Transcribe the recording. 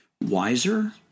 wiser